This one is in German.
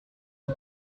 die